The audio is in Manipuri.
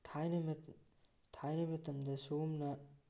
ꯊꯥꯏꯅꯒꯤ ꯊꯥꯏꯅꯒꯤ ꯃꯇꯝꯗ ꯁꯨꯒꯨꯝꯅ